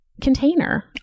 container